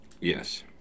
Yes